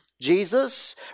Jesus